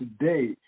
today